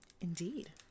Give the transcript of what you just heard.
Indeed